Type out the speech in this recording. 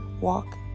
walk